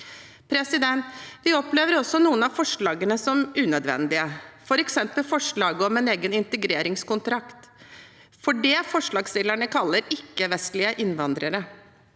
sammenheng. Vi opplever også noen av forslagene som unødvendige, f.eks. forslaget om en egen integreringskontrakt for det forslagsstillerne kaller ikke-vestlige innvandrere,